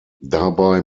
dabei